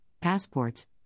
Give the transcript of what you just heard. passports